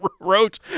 wrote